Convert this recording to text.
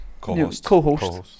co-host